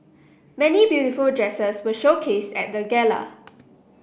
many beautiful dresses were showcased at the gala